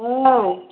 औ